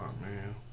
man